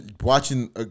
Watching